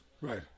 Right